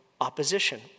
opposition